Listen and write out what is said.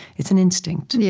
it's an instinct. yeah